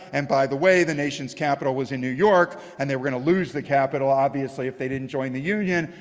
and, by the way, the nation's capital was in new york. and they were going to lose the capital obviously if they didn't join the union.